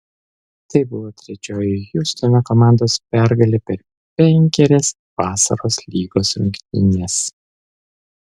tai buvo trečioji hjustono komandos pergalė per penkerias vasaros lygos rungtynes